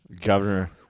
Governor